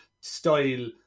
style